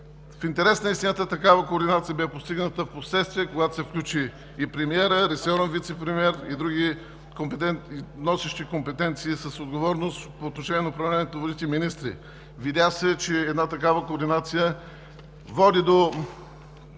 В интерес на истината такава координация бе постигната впоследствие, когато се включи и премиерът, ресорният вицепремиер и други министри, носещи компетенции с отговорност по отношение на управлението на водите. Видя се, че на този етап една такава координация води до